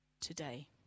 today